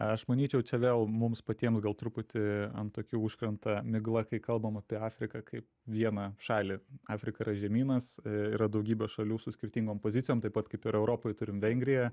aš manyčiau čia vėl mums patiems gal truputį ant akių užkrenta migla kai kalbam apie afriką kaip vienašalį afrika yra žemynas yra daugybė šalių su skirtingom pozicijom taip pat kaip ir europoj turim vengriją